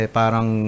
parang